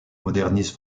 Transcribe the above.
modernise